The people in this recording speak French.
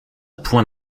point